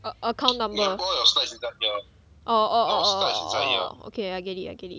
a~ account number oh oh oh oh oh oh oh oh oh okay I get it I get it